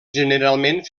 generalment